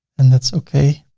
and that's okay.